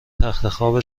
تختخواب